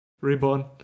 Reborn